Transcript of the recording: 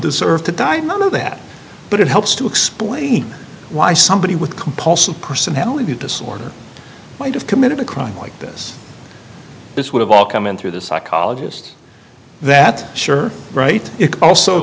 deserved to die none of that but it helps to explain why somebody with compulsive personality disorder might have committed a crime like this this would have all come in through the psychologist that sure right